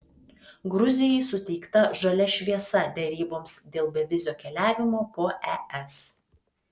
gruzijai suteikta žalia šviesa deryboms dėl bevizio keliavimo po es